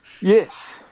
Yes